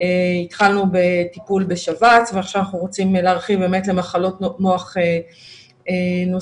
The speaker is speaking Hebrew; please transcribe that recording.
התחלנו בטיפול בשבץ ועכשיו אנחנו רוצים להרחיב למחלות מוח נוספות.